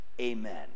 Amen